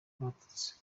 abatutsi